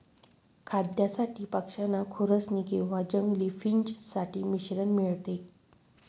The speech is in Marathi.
खाद्यासाठी पक्षांना खुरसनी किंवा जंगली फिंच साठी मिश्रण मिळते